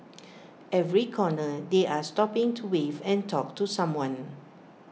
every corner they are stopping to wave and talk to someone